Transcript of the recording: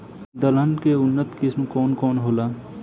दलहन के उन्नत किस्म कौन कौनहोला?